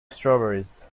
strawberries